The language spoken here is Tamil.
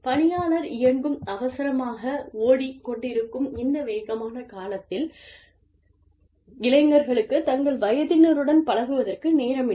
பணியாளர் இயங்கும் அவசரமாக ஓடிக் கொண்டிருக்கும் இந்த வேகமான காலத்தில் இளைஞர்களுக்கு தங்கள் வயதினருடன் பழகுவதற்கு நேரம் இல்லை